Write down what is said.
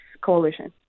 Coalition